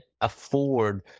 afford